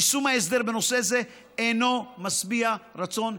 יישום ההסדר בנושא זה אינו משביע רצון,